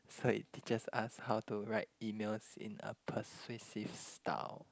so it it just ask how to write emails in a persuasive style